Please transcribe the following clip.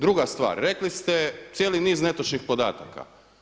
Druga stvar, rekli ste cijeli niz netočnih podataka.